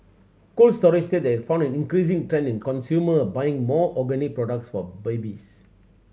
Cold Storage said it found an increasing trend in consumer buying more organic products for babies